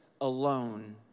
alone